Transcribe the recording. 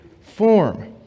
form